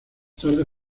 tarde